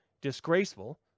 disgraceful